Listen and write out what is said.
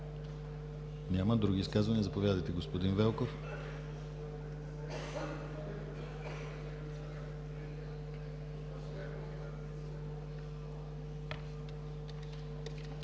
Няма. Други изказвания? Заповядайте, господин Велков.